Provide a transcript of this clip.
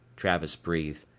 travis breathed.